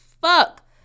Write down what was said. fuck